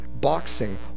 boxing